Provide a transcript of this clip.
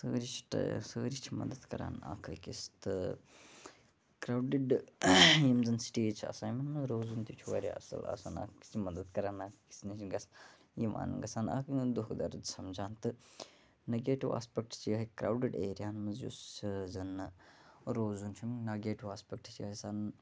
سٲری چھِ سٲری چھِ مَدَد کَران اکھ أکِس تہٕ کراوڈِڈ یِم زَن سٹیٖز چھِ آسان یِمَن مَنٛز روزُن تہِ چھُ واریاہ اَصل آسان اکھ أکِس مَدَد کَران اکھ أکِس نِش گَژھان یِوان گَژھان اکھ أکِس دُکھ درٕد سمجھان تہٕ نیٚگیٹِو آسپیٚکٹٕس چھِ یِہے کراوڈِڈ ایریاہَن مَنٛز یُس زَن روزُن چھُ نیٚگیٹِو آسپیٚکٹہٕ چھ آسان